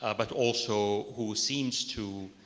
ah but also who seems to